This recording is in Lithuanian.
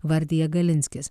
vardija galinskis